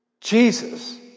Jesus